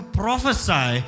prophesy